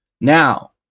now